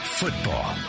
football